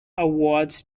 awards